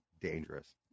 dangerous